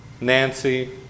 Nancy